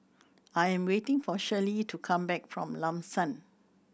I am waiting for Shirley to come back from Lam San